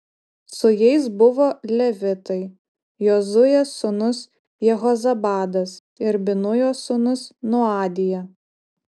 su jais buvo levitai jozuės sūnus jehozabadas ir binujo sūnus noadija